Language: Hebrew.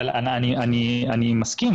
אני מסכים,